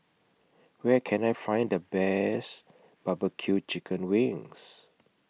Where Can I Find The Best Barbecue Chicken Wings